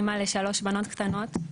אמא לשלוש בנות קטנות.